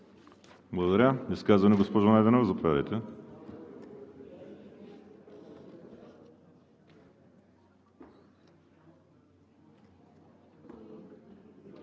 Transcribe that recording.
Благодаря,